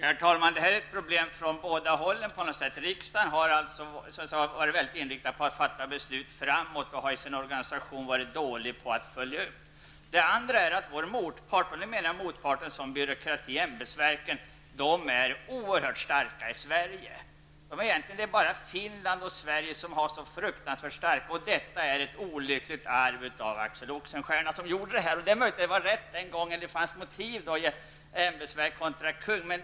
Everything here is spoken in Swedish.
Herr talman! Det här är ett problem så att säga från båda hållen. Riksdagen har i hög grad varit inriktad på att fatta beslut framåt och har i sin organisation varit dålig på att göra en uppföljning. Å andra sidan är motparten -- byråkratin och ämbetsverken -- oerhört stark. Det är egentligen bara i Finland och Sverige som denna motpart är så fruktansvärt stark. Men det är ett olyckligt arv efter Axel Oxenstierna. Det är möjligt att då vidtagna åtgärder var motiverade med tanke på den ordning som då gällde med ämbetsverken kontra kungen.